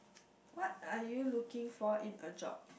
what are you looking for in a job